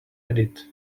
added